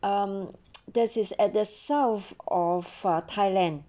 um that's at the south or for ah thailand